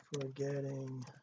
forgetting